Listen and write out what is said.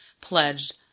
pledged